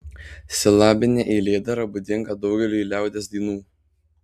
silabinė eilėdara būdinga daugeliui liaudies dainų